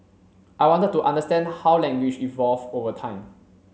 I wanted to understand how language evolved over time